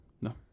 No